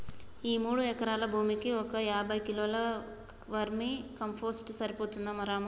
ఈ మూడు ఎకరాల భూమికి ఒక యాభై కిలోల వర్మీ కంపోస్ట్ సరిపోతుందా రాము